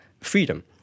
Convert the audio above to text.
freedom